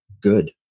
good